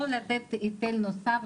לא לתת היטל נוסף,